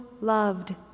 loved